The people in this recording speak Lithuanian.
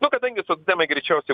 nu kadangi socdemai greičiausiai